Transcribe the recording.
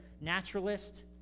naturalist